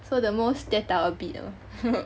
so the most 跌倒 a bit loh